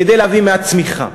כדי להביא מעט צמיחה?